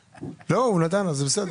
לא, הוא נתן לך, זה בסדר.